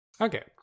Okay